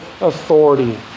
authority